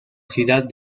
ciudad